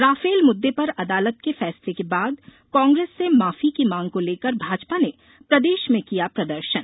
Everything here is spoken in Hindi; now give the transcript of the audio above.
राफेल मुद्दे पर अदालत के फैसले के बाद कांग्रेस से माफी की मांग को लेकर भाजपा ने प्रदेश में किया प्रदर्शन